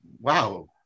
Wow